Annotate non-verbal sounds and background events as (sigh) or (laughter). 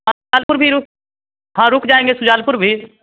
(unintelligible) पुर भी हाँ रुक जाएँगे सुजानपुर भी